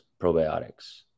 probiotics